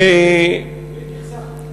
אין מכסה.